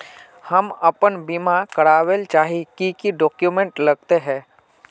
हम अपन बीमा करावेल चाहिए की की डक्यूमेंट्स लगते है?